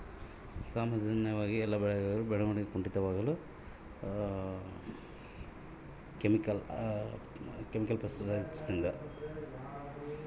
ಸಾಮಾನ್ಯವಾಗಿ ಎಲ್ಲ ಬೆಳೆಗಳಲ್ಲಿ ಬೆಳವಣಿಗೆ ಕುಂಠಿತವಾಗಲು ಪ್ರಮುಖ ಕಾರಣವೇನು?